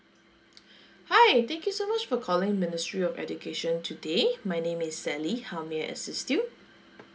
hi thank you so much for calling ministry of education today my name is sally how may I assist you